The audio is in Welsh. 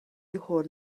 hwn